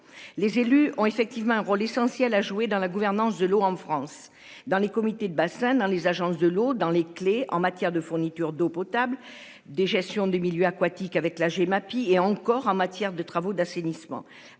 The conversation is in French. les élus ont effectivement un rôle essentiel à jouer dans la gouvernance de l'eau en France dans les comités de bassin dans les agences de l'eau dans les clés en matière de fourniture d'eau potable des gestion des milieux aquatiques avec la Gemapi est encore en matière de travaux d'assainissement